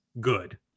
good